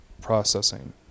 Processing